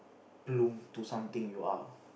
bloom to something you are